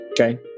Okay